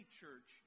church